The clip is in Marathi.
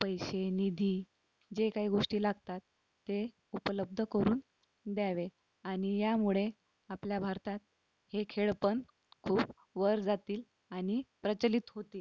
पैसे निधी जे काही गोष्टी लागतात ते उपलब्ध करून द्यावे आणि यामुळे आपल्या भारतात हे खेळ पण खूप वर जातील आणि प्रचलित होतील